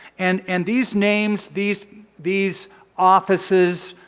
and and these names, these these offices,